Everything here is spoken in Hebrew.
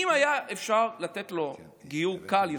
אם היה אפשר לתת לו גיור קל יותר,